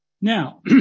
Now